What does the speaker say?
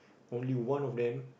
only one of them